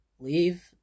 Leave